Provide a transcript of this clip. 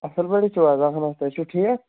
اَصٕل پٲٹھۍ چھِو حظ اَہَن حظ تُہۍ چھِو ٹھیٖک